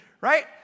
right